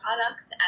products